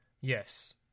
Yes